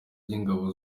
by’ingabo